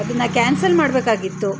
ಅದನ್ನು ಕ್ಯಾನ್ಸಲ್ ಮಾಡಬೇಕಾಗಿತ್ತು